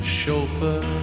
chauffeur